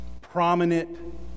prominent